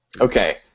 Okay